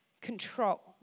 control